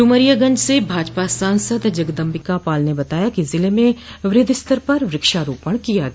डुमरियागंज से भाजपा सांसद जगदम्बिकापाल ने बताया कि जिले में बृहद स्तर पर वृक्षारोपण किया गया